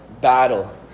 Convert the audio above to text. battle